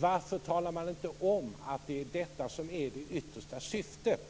Varför talar man inte om att det är detta som är syftet